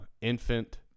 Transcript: infant